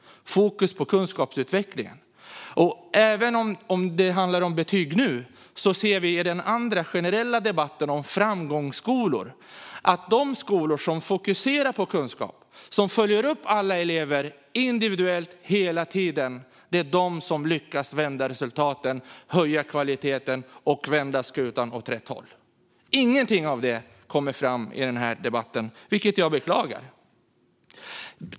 Fokus måste ligga på kunskapsutvecklingen. Även om det handlar om betyg nu ser vi i den generella debatten om framgångsskolor att de skolor som fokuserar på kunskap - som hela tiden följer upp alla elever individuellt - är de som lyckas vända resultaten, höja kvaliteten och vända skutan åt rätt håll. Ingenting av det kommer fram i den här debatten, vilket jag beklagar.